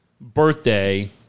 birthday